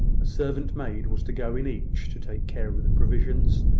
a servant-maid was to go in each, to take care of the provisions,